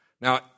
Now